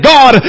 God